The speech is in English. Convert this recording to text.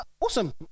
Awesome